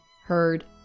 heard